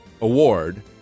award